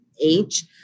age